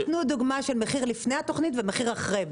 תנו דוגמה של מחיר לפני התוכנית ומחיר אחרי,